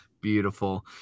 Beautiful